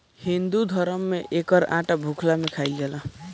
हिंदू धरम में एकर आटा भुखला में खाइल जाला